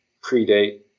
predate